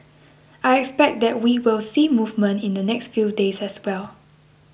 I expect that we will see movement in the next few days as well